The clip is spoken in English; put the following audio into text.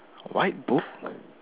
white book